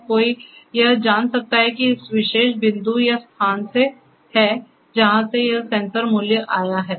तो कोई यह जान सकता है कि यह इस विशेष बिंदु या स्थान से है जहां से यह सेंसर मूल्य आया है